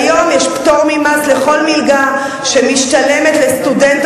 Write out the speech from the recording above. כיום יש פטור ממס על כל מלגה שמשתלמת לסטודנט